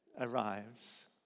arrives